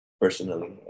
personally